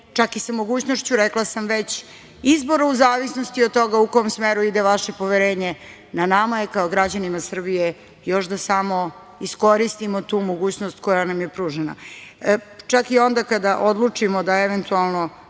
čak i sa mogućnošću, rekla sam već, izbora u zavisnosti od toga u kome smeru ide vaše poverenje. Na nama je kao građanima Srbije još da samo iskoristimo tu mogućnost koja nam je pružena, čak i onda kada odlučimo da eventualno